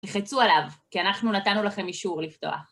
תלחצו עליו, כי אנחנו נתנו לכם אישור לפתוח.